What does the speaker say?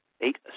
eight